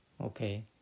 Okay